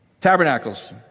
Tabernacles